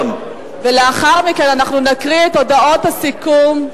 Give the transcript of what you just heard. ולאחר מכן אנחנו נקריא את הודעות סיכום.